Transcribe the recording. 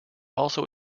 also